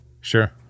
Sure